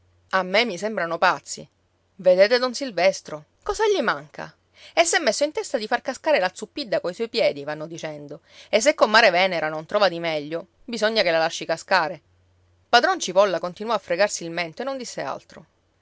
a me mi sembrano pazzi vedete don silvestro cosa gli manca e s'è messo in testa di far cascare la zuppidda coi suoi piedi vanno dicendo e se comare venera non trova di meglio bisogna che la lasci cascare padron cipolla continuò a fregarsi il mento e non disse altro